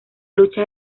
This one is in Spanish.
lucha